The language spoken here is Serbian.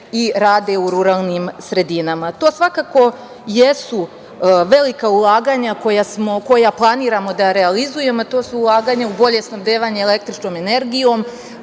i rade u ruralnim sredinama. To svakako jesu velika ulaganja koja planiramo da realizujemo. To su ulaganja u bolje snabdevanje električnom energijom,